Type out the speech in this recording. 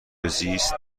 زیست